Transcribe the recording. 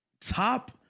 top